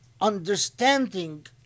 understanding